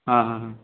ହଁ ହଁ ହଁ